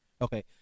Okay